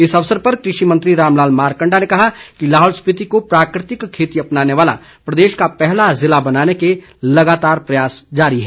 इस अवसर पर कृषि मंत्री रामलाल मारकण्डा ने कहा कि लाहौल स्पीति को प्राकृतिक खेती अपनाने वाला प्रदेश का पहला जिला बनाने के लगातार प्रयास किए जा रहे हैं